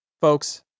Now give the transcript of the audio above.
Folks